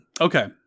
Okay